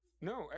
No